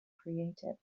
creative